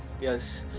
yes